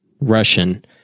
Russian